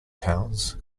towns